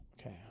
Okay